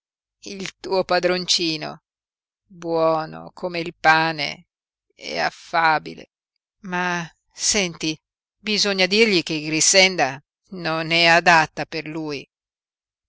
il tuo padroncino buono come il pane e affabile ma senti bisogna dirgli che grixenda non è adatta per lui